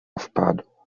wpadł